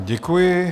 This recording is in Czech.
Děkuji.